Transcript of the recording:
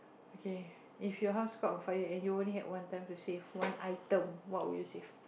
okay if your house caught on fire and you only had one time to save one item what would you save